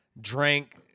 Drank